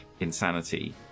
insanity